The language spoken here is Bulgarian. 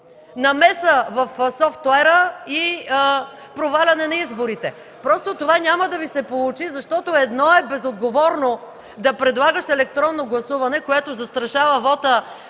намеса в софтуера и проваляне на изборите. Просто това няма да Ви се получи, защото едно е безотговорно да предлагаш електронно гласуване, което застрашава вота